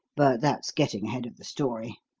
but that's getting ahead of the story.